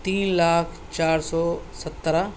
تین لاکھ چار سو سترہ